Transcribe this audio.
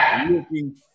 looking